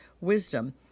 Wisdom